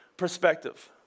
perspective